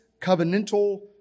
covenantal